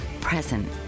present